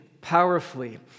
powerfully